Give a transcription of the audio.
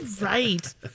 Right